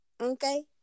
okay